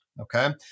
okay